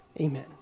Amen